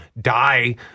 die